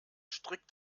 strick